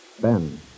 Ben